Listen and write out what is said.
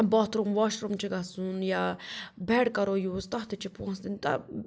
باتھ room washroom چھِ گژھُن یا بٮ۪ڈ کَرو یوٗز تَتھ تہِ چھِ پونٛسہٕ دِنۍ